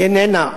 היא איננה.